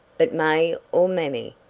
but may or mamie,